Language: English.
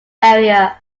area